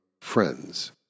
friends